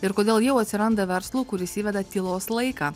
ir kodėl jau atsiranda verslų kuris įveda tylos laiką